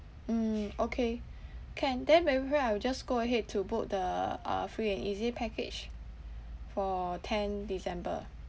mm okay can then I will just go ahead to book the uh free and easy package for tenth december